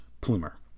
Plumer